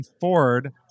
Ford